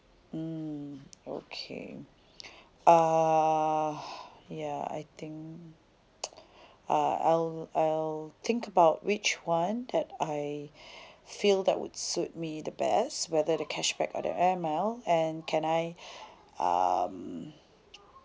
mm okay uh ya I think uh I'll I'll think about which one that I feel that would suit me the best whether the cashback or the air mile and can I um